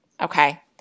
okay